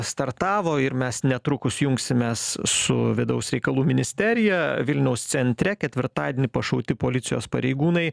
startavo ir mes netrukus jungsimės su vidaus reikalų ministerija vilniaus centre ketvirtadienį pašauti policijos pareigūnai